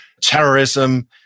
terrorism